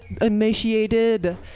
emaciated